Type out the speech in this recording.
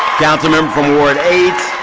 councilmember from ward eight.